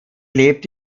lebt